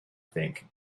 think